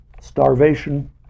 Starvation